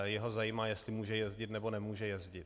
Jeho zajímá, jestli může jezdit, nebo nemůže jezdit.